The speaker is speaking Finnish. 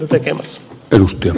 herra puhemies